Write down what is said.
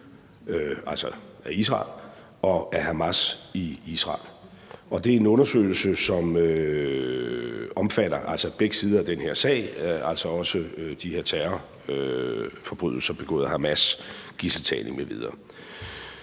af Israel og af Hamas i Israel. Det er en undersøgelse, som omfatter begge sider af den her sag, altså også de her terrorforbrydelser begået af Hamas: gidseltagning m.v. Under